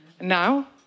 now